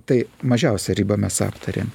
tai mažiausią riba mes aptarėm